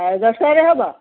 ଦଶଟାରେ ହେବ